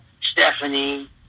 Stephanie